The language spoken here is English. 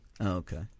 okay